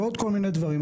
ועוד כל מיני דברים,